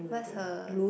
what's her